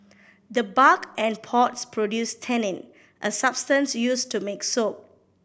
the bark and pods produce tannin a substance used to make soap